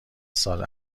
سال